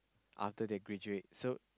after they graduate so